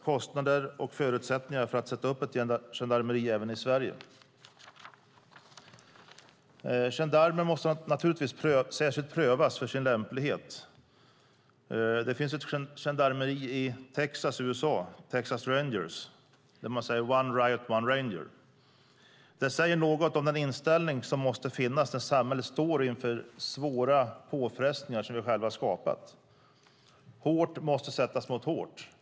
Kostnader och förutsättningar för att sätta upp ett gendarmeri även i Sverige bör utredas. Gendarmer måste naturligtvis särskilt prövas för sin lämplighet. Det finns ett gendarmeri i Texas i USA, Texas Rangers, där man säger "one riot, one ranger". Det säger något om den inställning som måste finnas när samhället står inför svåra påfrestningar som vi själva har skapat. Hårt måste sättas mot hårt.